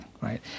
right